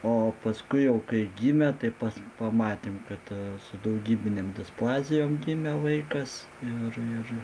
o paskui jau kai gimė tai pas pamatėm kad su daugybinėm displazijom gimė vaikas ir ir